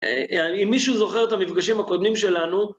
אם מישהו זוכר את המפגשים הקודמים שלנו,